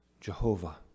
Jehovah